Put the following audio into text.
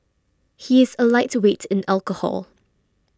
he is a lightweight in alcohol